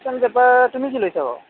কিছুমান পেপাৰ তুমি কি লৈছা বাৰু